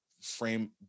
frame